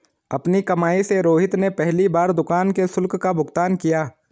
अपनी कमाई से रोहित ने पहली बार दुकान के शुल्क का भुगतान किया